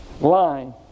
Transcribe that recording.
line